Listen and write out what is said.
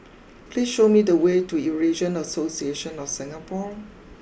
please show me the way to Eurasian Association of Singapore